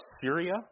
Syria